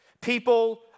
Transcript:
People